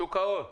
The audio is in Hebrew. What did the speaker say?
שוק ההון.